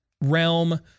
realm